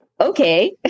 okay